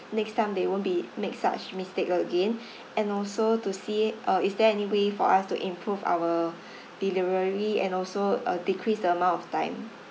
next time they won't be make such mistake again and also to see uh is there any way for us to improve our delivery and also uh decrease the amount of time